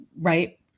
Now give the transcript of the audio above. right